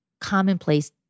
commonplace